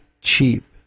cheap